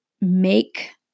make